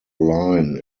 line